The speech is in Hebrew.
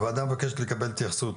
הוועדה מבקשת לקבל התייחסות